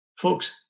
Folks